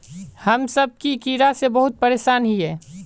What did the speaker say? हम सब की कीड़ा से बहुत परेशान हिये?